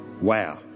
wow